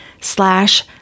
slash